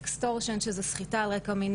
ואני עכשיו מפיץ את התמונות האלו.